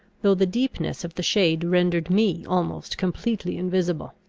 though the deepness of the shade rendered me almost completely invisible.